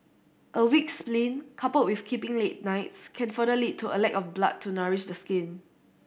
a weak spleen coupled with keeping late nights can further lead to a lack of blood to nourish the skin